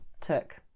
took